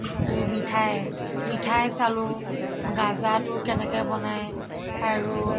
মিঠাই মিঠাই চালোঁ গাজাটো কেনেকৈ বনাই আৰু